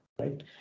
right